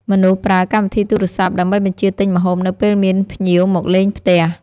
មនុស្សប្រើកម្មវិធីទូរសព្ទ ដើម្បីបញ្ជាទិញម្ហូបនៅពេលមានភ្ញៀវមកលេងផ្ទះ។